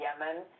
Yemen